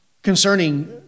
concerning